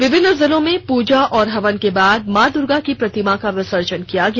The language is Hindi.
विभिन्न जिलों में पूजा और हवन के बाद मां दुर्गा की प्रतिमा का विसर्जन किया गया